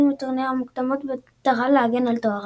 מטורניר מוקדמות במטרה להגן על תוארה.